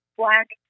black